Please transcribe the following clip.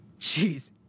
Jeez